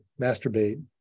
masturbate